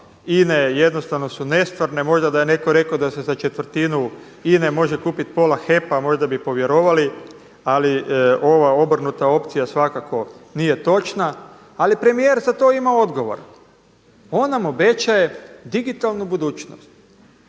INA-e jednostavno su nestvarne. Možda da je netko rekao da se za četvrtinu INA-e može kupiti pola HEP-a možda bi povjerovali. Ali ova obrnuta opcija svakako nije točna. Ali premijer za to ima odgovor. On nam obećaje digitalnu budućnost.